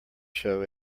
show